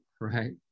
right